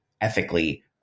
ethically